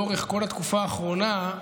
לאורך כל התקופה האחרונה,